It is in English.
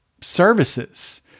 services